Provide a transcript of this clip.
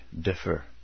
differ